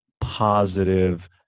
positive